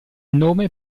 nome